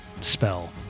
spell